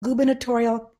gubernatorial